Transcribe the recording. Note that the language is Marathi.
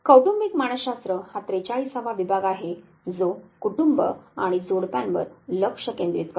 कौटुंबिक मानसशास्त्र हा 43 वा विभाग आहे जो कुटुंब आणि जोडप्यांवर लक्ष केंद्रित करतो